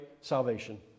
salvation